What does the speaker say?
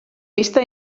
vista